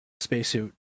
spacesuit